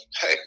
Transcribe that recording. hey